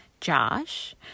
Josh